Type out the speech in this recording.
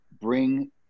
bring